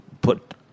put